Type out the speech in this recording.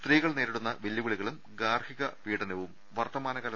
സ്ത്രീകൾ നേരിടുന്ന വെല്ലുവിളികളും ഗാർഹിക പീഡനവും വർത്തമാനകാല